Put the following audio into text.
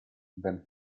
than